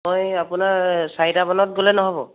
মই আপোনাৰ চাৰিটামানত গ'লে নহ'ব